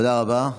תודה רבה.